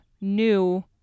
new